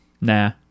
Nah